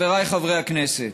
חבריי חברי הכנסת,